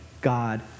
God